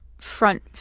Front